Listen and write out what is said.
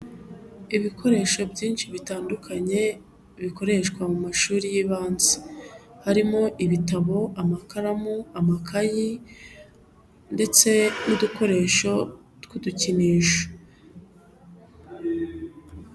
Ibikoresho byinshi bitandukanye, bikoreshwa mu mashuri y'ibanza, harimo ibitabo, amakaramu, amakayi ndetse n'udukoresho tw'udukinisho.